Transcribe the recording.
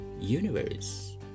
universe